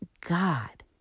God